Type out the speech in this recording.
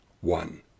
one